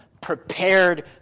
prepared